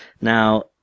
now